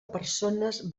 persones